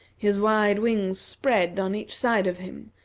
his wide wings spread on each side of him,